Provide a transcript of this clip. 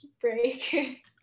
break